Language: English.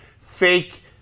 fake